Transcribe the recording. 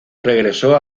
regresó